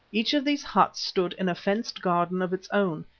each of these huts stood in a fenced garden of its own,